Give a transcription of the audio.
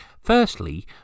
Firstly